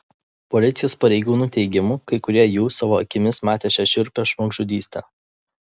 policijos pareigūnų teigimu kai kurie jų savo akimis matė šią šiurpią žmogžudystę